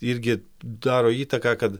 irgi daro įtaką kad